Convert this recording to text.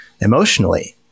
emotionally